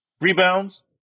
Rebounds